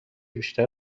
بیشتر